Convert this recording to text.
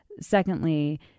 Secondly